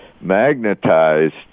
magnetized